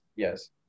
Yes